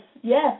Yes